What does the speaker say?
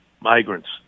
migrants